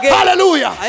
Hallelujah